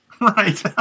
Right